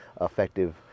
effective